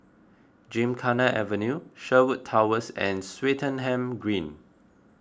Gymkhana Avenue Sherwood Towers and Swettenham Green